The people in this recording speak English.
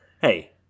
Hey